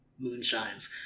moonshines